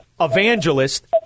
evangelist